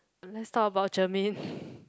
let's talk about Germaine